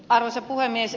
arvoisa puhemies